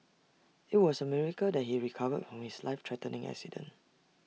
IT was A miracle that he recovered from his life threatening accident